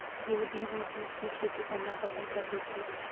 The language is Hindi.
यहूदी भी जूट की खेती करना पसंद करते थे